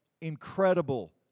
incredible